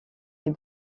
est